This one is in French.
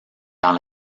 dans